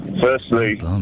Firstly